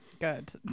Good